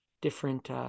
different